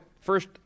first